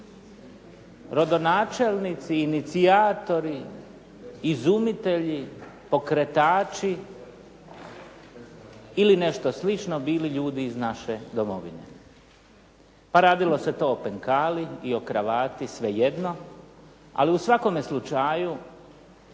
rodonačelnici, inicijatori, izumitelji, pokretači ili nešto slično bili ljudi iz naše domovine, pa radilo se tako o Penkali i o kravati, svejedno, ali u svakome slučaju